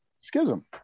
Schism